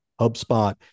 HubSpot